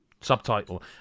subtitle